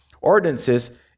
ordinances